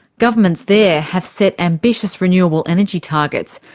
governments there have set ambitious renewable energy targets,